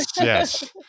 yes